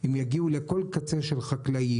אם יגיעו לכל קצה של חקלאי,